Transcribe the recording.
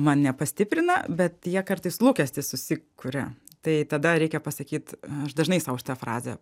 mane pastiprina bet jie kartais lūkestį susikuria tai tada reikia pasakyt aš dažnai sau šitą frazę